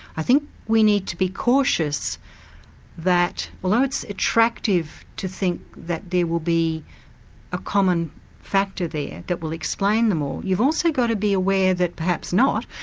i think we need to be cautious that although it's attractive to think that there will be a common factor there that will explain them all, you've also got to be aware that perhaps not.